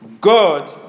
God